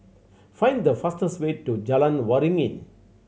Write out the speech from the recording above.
find the fastest way to Jalan Waringin